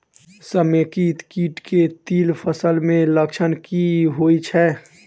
समेकित कीट केँ तिल फसल मे लक्षण की होइ छै?